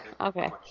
okay